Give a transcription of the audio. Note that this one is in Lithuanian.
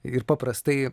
ir paprastai